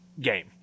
game